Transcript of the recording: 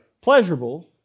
pleasurable